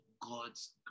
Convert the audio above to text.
God's